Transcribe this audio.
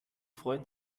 freuen